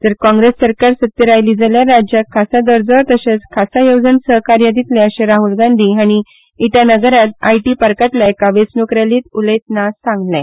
जर काँग्रेस सरकार सत्तेर आयली जाल्यार राज्याक खासा दर्जो तशेंच खासा येवजण सहकार्य दितले अशें राहल गांधी हांणी इटानगरांत आयटी पार्कांतल्या एका वेंचणूक रॅलींत उलयतना सांगलें